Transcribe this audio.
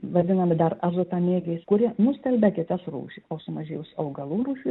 vadinami dar azotamėgiais kurie nustelbia kitas rūšis o sumažėjus augalų rūšių